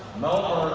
know